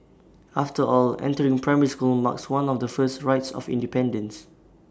after all entering primary school marks one of the first rites of independence